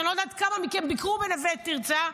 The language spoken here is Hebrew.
אני לא יודעת כמה מכם ביקרו בנווה תרצה,